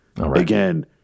Again